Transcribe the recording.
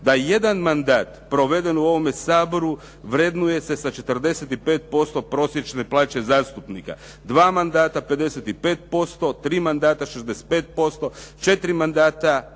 da jedan mandat proveden u ovome Saboru vrednuje se sa 45% prosječne plaće zastupnika, dva mandata 55%, tri mandata 65%, četiri mandata